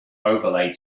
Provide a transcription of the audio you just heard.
overlay